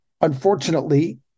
unfortunately